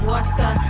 Water